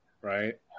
right